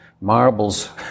marbles